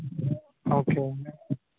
okay